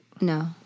No